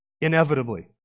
Inevitably